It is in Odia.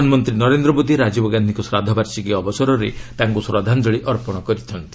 ପ୍ରଧାନମନ୍ତ୍ରୀ ନରେନ୍ଦ୍ର ମୋଦି ରାଜୀବ ଗାନ୍ଧିଙ୍କ ଶ୍ରାଦ୍ଧବାର୍ଷିକୀ ଅବସରରେ ତାଙ୍କୁ ଶ୍ରଦ୍ଧାଞ୍ଜଳୀ ଅର୍ପଣ କରିଥିଲେ